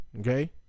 okay